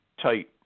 tight